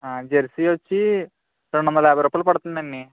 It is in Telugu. జెర్సీ వచ్చీ రెండు వందల యాభై రూపాయలు పడుతుందండి